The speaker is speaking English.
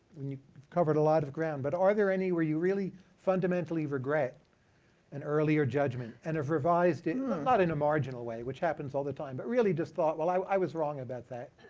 and you've covered a lot of ground, but are there any where you really fundamentally regret an earlier judgment and have revised it? not in a marginal way, which happens all the time, but really just thought, well, i was wrong about that?